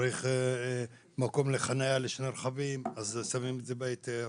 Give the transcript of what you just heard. אם צריך מקום לחניה לשני רכבים - שמים את זה בהיתר,